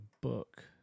book